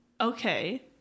Okay